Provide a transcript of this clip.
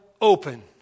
open